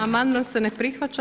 Amandman se ne prihvaća.